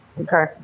Okay